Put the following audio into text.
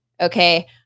Okay